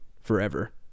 forever